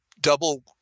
double